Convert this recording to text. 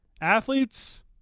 Athletes